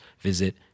visit